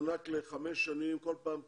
מענק לחמש שנים, כל פעם קצת.